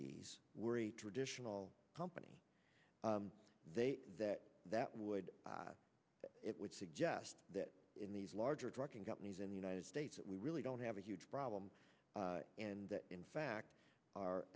these were traditional company they that that would it would suggest that in these larger drug companies in the united states that we really don't have a huge problem and in fact our